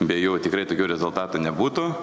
be jų tikrai tokių rezultatų nebūtų